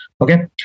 Okay